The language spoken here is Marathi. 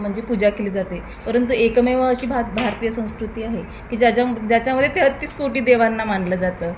म्हणजे पूजा केली जाते परंतु एकमेव अशी भात भारतीय संस्कृती आहे की ज्याच्याम ज्याच्यामध्ये तेहेतीस कोटी देवांना मानलं जातं